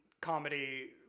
comedy